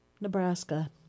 Nebraska